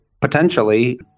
potentially